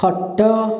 ଖଟ